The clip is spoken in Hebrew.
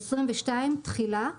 תחילה22.